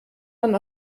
man